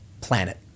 planet